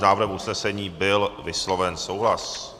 S návrhem usnesení byl vysloven souhlas.